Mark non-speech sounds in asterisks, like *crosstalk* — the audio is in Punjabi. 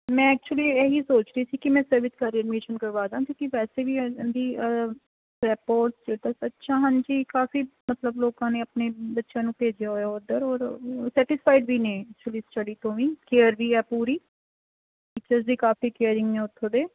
ਮੈਂ ਐਚੁਲੀ ਇਹੀ ਸੋਚ ਰਹੀ ਸੀ ਕੀ ਮੈਂ *unintelligible* ਕਰਕੇ ਅਡਮੀਸ਼ਨ ਕਰਵਾ ਦਿਆਂ ਕਿਉਂਕਿ ਵੈਸੇ ਵੀ *unintelligible* ਅੱਛਾ ਹਾਂਜੀ ਕਾਫ਼ੀ ਮਤਲਬ ਲੋਕਾਂ ਨੇ ਆਪਣੇ ਬੱਚਿਆਂ ਨੂੰ ਭੇਜਿਆ ਹੋਇਆ ਓਧਰ ਔਰ ਸੈਟਿਸਫਾਈਡ ਵੀ ਨੇ ਸਟੱਡੀ ਤੋਂ ਵੀ ਕੇਅਰ ਵੀ ਹੈ ਪੂਰੀ ਟੀਚਰਸ ਵੀ ਕਾਫ਼ੀ ਕੇਅਰਿੰਗ ਹੈ ਓਥੋਂ ਦੇ